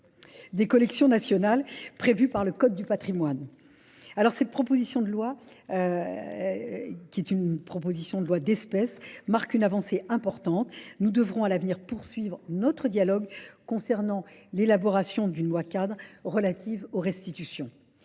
des collections nationales prévues par le Code du patrimoine. Cette proposition de loi, qui est une proposition de loi d'espèce, marque une avancée importante. Nous devrons à l'avenir poursuivre notre dialogue concernant l'élaboration d'une loi cadre relative aux restitutions.